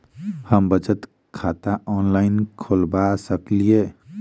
हम बचत खाता ऑनलाइन खोलबा सकलिये?